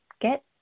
get